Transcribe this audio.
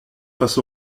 face